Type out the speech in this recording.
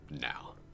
now